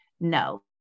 no